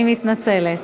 אני מתנצלת.